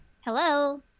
Hello